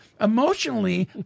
emotionally